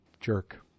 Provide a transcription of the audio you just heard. jerk